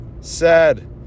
Sad